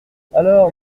alors